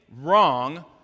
wrong